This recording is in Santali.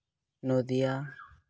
ᱱᱚᱫᱤᱭᱟ